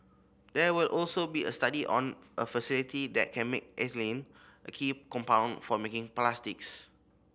there will also be a study on a facility that can make ethylene a key compound for making plastics